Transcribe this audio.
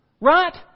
Right